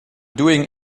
doing